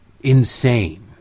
insane